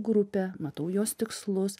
grupę matau jos tikslus